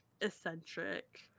eccentric